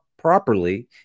properly